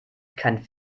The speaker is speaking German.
kein